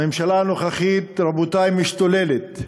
הממשלה הנוכחית, רבותי, משתוללת,